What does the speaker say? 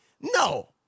No